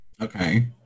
Okay